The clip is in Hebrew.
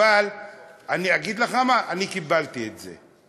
אבל אני אגיד לך מה: אני קיבלתי את זה,